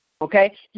Okay